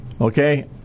okay